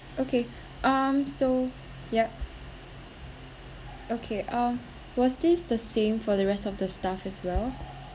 okay um so yup okay um was this the same for the rest of the staff as well